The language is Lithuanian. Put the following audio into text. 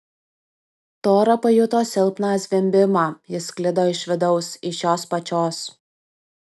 tora pajuto silpną zvimbimą jis sklido iš vidaus iš jos pačios